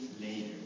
later